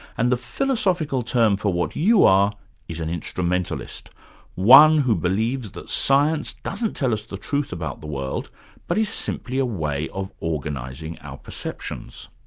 and the philosophical term for what you are is an instrumentalist one who believes that science doesn't tell us the truth about the world but is simply a way of organising our perceptions.